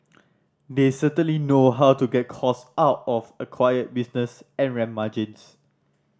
they certainly know how to get cost out of acquired business and ramp margins